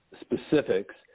specifics